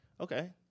Okay